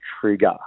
trigger